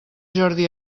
jordi